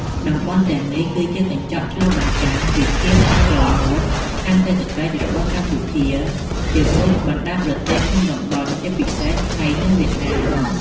តំបន់ទាំងនេះគឺជាកញ្ចក់ឆ្លុះបញ្ចាំងពី ភាពស្អិតរមួតខាងសេដ្ឋកិច្ច របស់កម្ពុជាជាមួយបណ្តាប្រទេសក្នុងតំបន់ ជាពិសេសថៃ និងវៀតណាម។